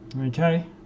Okay